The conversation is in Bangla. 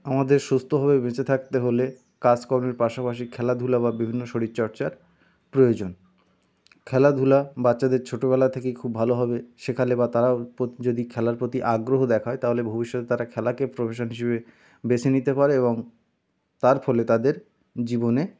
আমাদের সুস্থভাবে বেঁচে থাকতে হলে কাজকর্মের পাশাপাশি খেলাধূলা বা বিভিন্ন শরীরচর্চার প্রয়োজন খেলাধূলা বাচ্চাদের ছোটবেলা থেকেই খুব ভালোভাবে শেখালে বা তারাও যদি খেলার প্রতি আগ্রহ দেখায় তাহলে ভবিষ্যতে তারা খেলাকে প্রফেশন হিসাবে বেছে নিতে পারে এবং তার ফলে তাদের জীবনে